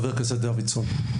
חבר הכנסת דוידסון.